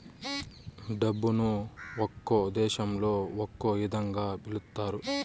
డబ్బును ఒక్కో దేశంలో ఒక్కో ఇదంగా పిలుత్తారు